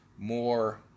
more